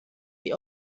die